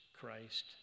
Christ